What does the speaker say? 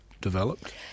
developed